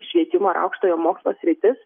švietimo ir aukštojo mokslo sritis